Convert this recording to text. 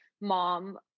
mom